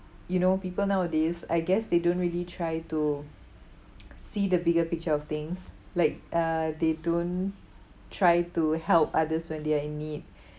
you know people nowadays I guess they don't really try to see the bigger picture of things like uh they don't try to help others when they are in need